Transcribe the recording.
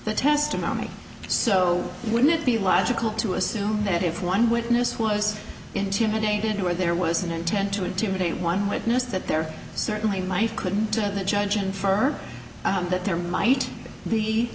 the testimony so wouldn't it be logical to assume that if one witness was intimidated where there was an intent to intimidate one witness that there certainly might could attend the judge and for that there might be